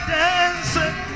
dancing